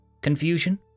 confusion